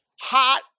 hot